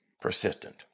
persistent